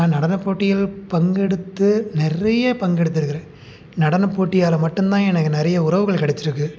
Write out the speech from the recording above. நான் நடனப் போட்டியில் பங்கெடுத்து நிறைய பங்கெடுத்துருக்கிறேன் நடனப் போட்டியால் மட்டும்தான் எனக்கு நிறைய உறவுகள் கிடச்சிருக்கு